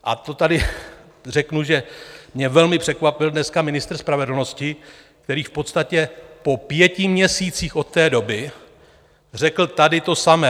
A to tady řeknu, že mě dneska velmi překvapil ministr spravedlnosti, který v podstatě po pěti měsících od té doby řekl tady to samé.